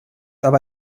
aber